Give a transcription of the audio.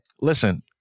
Listen